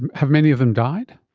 have many of them died?